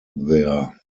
there